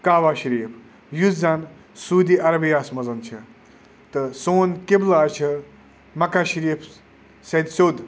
کعبہ شریٖف یُس زَن سعودی عربِیاہَس منٛز چھِ تہٕ سون قِبلہ حظ چھِ مَکہ شریٖف سیٚدِ سیوٚد